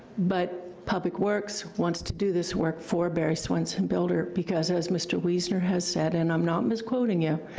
but public works wants to do this work for barry swinson builder, because as mr. weezner has said, and i'm not misquoting you,